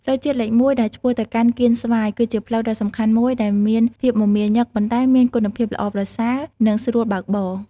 ផ្លូវជាតិលេខ ១ ដែលឆ្ពោះទៅកាន់កៀនស្វាយ គឺជាផ្លូវដ៏សំខាន់មួយដែលមានភាពមមាញឹកប៉ុន្តែមានគុណភាពល្អប្រសើរនិងស្រួលបើកបរ។